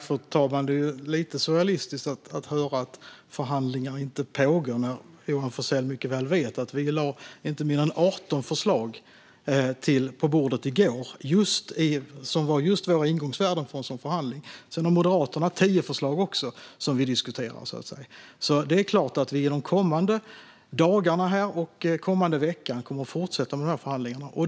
Fru talman! Det är lite surrealistiskt att höra att förhandlingar inte pågår, när Johan Forssell mycket väl vet att vi lade inte mindre än 18 förslag på bordet i går. Det var just våra ingångsvärden i en sådan förhandling. Moderaterna har också 10 förslag som vi diskuterar. Det är klart att vi inom de kommande dagarna och den kommande veckan kommer att fortsätta med dessa förhandlingar.